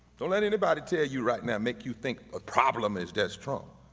don't let anybody tell you right now, make you think a problem is that strong.